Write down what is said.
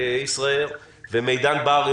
מנכ"ל חברת ישראייר ומידן בר,